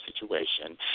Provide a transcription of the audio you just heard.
situation